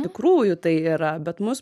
tikrųjų tai yra bet mus